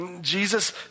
Jesus